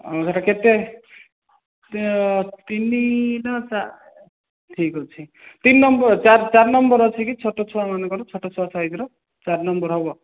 ଓ ସେଇଟା କେତେ ତିନି ର ଚା ଠିକ୍ ଅଛି ତିନି ନମ୍ବର ଚାରି ନମ୍ବର ଅଛି କି ଛୋଟ ଛୁଆମାନଙ୍କର ଛୋଟ ଛୁଆ ସାଇଜର ଚାରି ନମ୍ବର ହବ